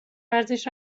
ورزش